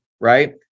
right